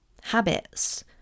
habits